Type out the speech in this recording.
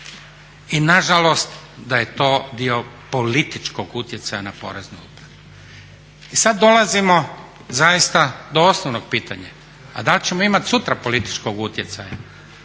I na žalost da je to dio političkog utjecaja na Poreznu upravu. I sad dolazimo zaista do osnovnog pitanja a da li ćemo imati sutra političkog utjecaja?